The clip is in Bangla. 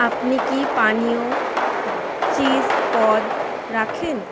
আপনি কি পানীয় চিজ পদ রাখেন